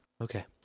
Okay